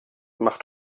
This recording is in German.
macht